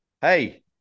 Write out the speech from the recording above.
Hey